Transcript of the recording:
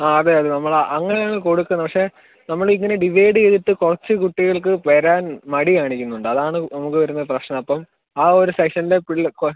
ആ അതെ അത് നമ്മൾ അങ്ങനെ ആണ് കൊടുക്കുന്നത് പക്ഷേ നമ്മൾ ഇങ്ങനെ ഡിവൈഡ് ചെയ്തിട്ട് കുറച്ച് കുട്ടികൾക്ക് വരാൻ മടി കാണിക്കുന്നുണ്ട് അതാണ് നമുക്ക് വരുന്ന പ്രശ്നം അപ്പം ആ ഒരു സെക്ഷനിലെ പിള്ളേർക്ക്